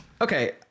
Okay